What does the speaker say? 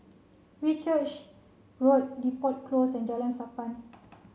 Whitchurch Road Depot Close and Jalan Sappan